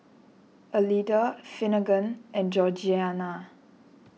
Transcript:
Elida Finnegan and Georgiana